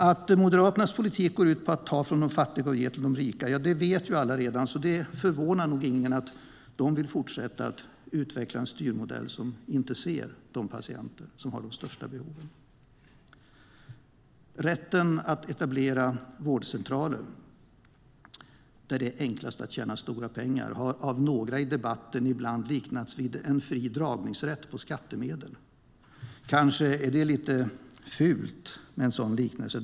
Att Moderaternas politik går ut på att ta från de fattiga och ge till de rika vet ju alla redan, så det förvånar nog ingen att de vill fortsätta att utveckla en styrmodell som inte ser de patienter som har de största behoven. Rätten att etablera vårdcentraler där det är enklast att tjäna stora pengar har av några i debatten ibland liknats vid en fri dragningsrätt på skattemedel. Kanske är det lite fult med en sådan liknelse.